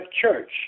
church